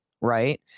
Right